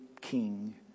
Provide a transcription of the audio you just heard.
king